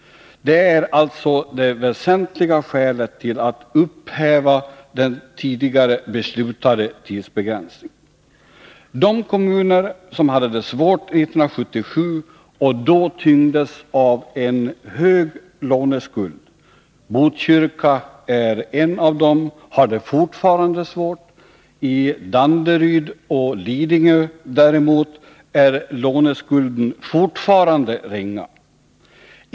Det är alltså det väsentliga skälet till att upphäva den tidigare beslutade tidsbegränsningen. De kommuner som hade det svårt 1977 och då tyngdes av en hög låneskuld — Botkyrka är en av dem — har det fortfarande svårt. I Danderyd och Lidingö är däremot låneskulden fortfarande ringa.